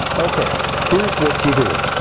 ok, here's what you do.